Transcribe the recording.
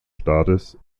staates